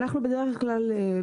אנחנו בדרך כלל,